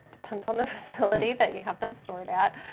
depends on the facility that you have them stored at.